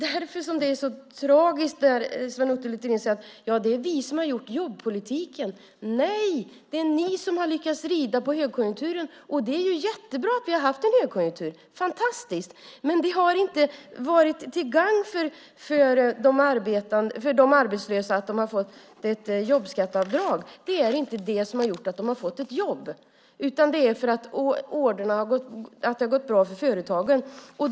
Därför är det så tragiskt när Sven Otto Littorin säger: Vi har gjort jobbpolitiken. Nej, ni har lyckats rida på högkonjunkturen. Det är jättebra att vi har haft en högkonjunktur. Men det har inte varit till gagn för de arbetslösa att de har fått ett jobbskatteavdrag. Det är inte det som har gjort att de har fått ett jobb, utan det är att det har gått bra för företagen.